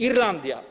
Irlandia.